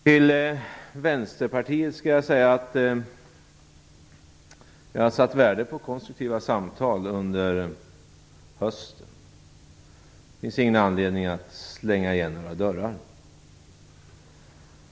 Till Vänsterpartiet vill jag säga att jag har satt värde på konstruktiva samtal under hösten. Det finns ingen anledning att slänga igen några dörrar.